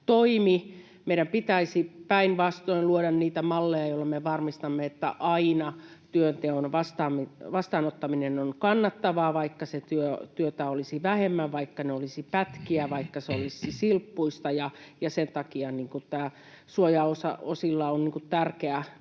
Meidän pitäisi päinvastoin luoda niitä malleja, joilla me varmistamme, että aina työnteon vastaanottaminen on kannattavaa: vaikka sitä työtä olisi vähemmän, vaikka ne olisivat pätkiä, vaikka se olisi silppuista. Sen takia suojaosilla on tärkeä